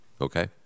okay